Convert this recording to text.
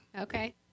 Okay